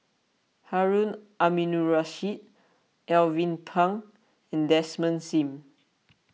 Harun Aminurrashid Alvin Pang and Desmond Sim